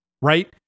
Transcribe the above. right